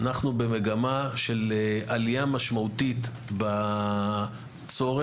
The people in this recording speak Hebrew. אנחנו במגמה של עלייה משמעותית בצורך,